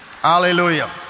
Hallelujah